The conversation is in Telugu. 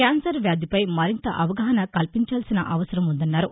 క్యాన్సర్ వ్యాధి పై మరింత అవగాహన కల్పించాల్సిన అవసరం వుందన్నారు